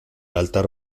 altar